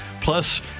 plus